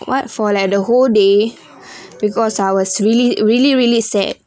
what for like the whole day because I was really really really sad